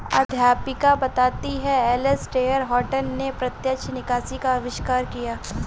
अध्यापिका बताती हैं एलेसटेयर हटंन ने प्रत्यक्ष निकासी का अविष्कार किया